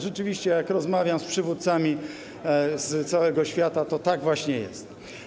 Rzeczywiście, jak rozmawiam z przywódcami z całego świata, to tak właśnie jest.